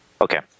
Okay